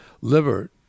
liver